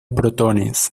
protones